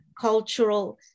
cultural